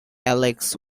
alex